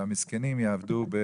והמסכנים יעבדו,